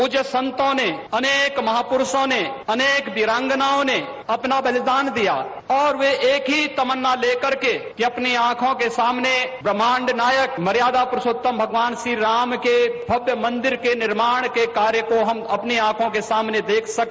प्रज्य संतों ने अनेक महापुरूषों ने अनेक वीरांगनाओं ने अपना बलिदान दिया और वे एक ही तमन्ना लेकर के कि अपनी आँखों के सामने ब्राहमांड नायक मर्यादा पुरूर्षोत्तम भगवान श्रीराम के भव्य म ंदिर के निर्माण के कार्य को हम अपनी आँखों के सामने देख सके